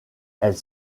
elle